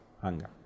hunger